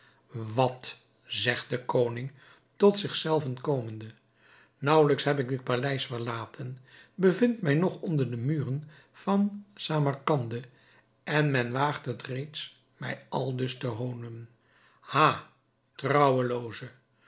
wat zegt de koning tot zich zelven komende naauwelijks heb ik dit paleis verlaten bevind mij nog onder de muren van samarcande en men waagt het reeds mij aldus te honen ha trouwelooze